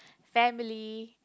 family